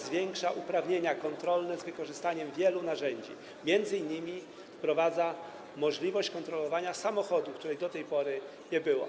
Zwiększa również uprawnienia kontrolne z wykorzystaniem wielu narzędzi, m.in. wprowadza możliwość kontrolowania samochodów, której do tej pory nie było.